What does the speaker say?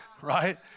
Right